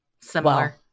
similar